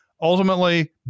ultimately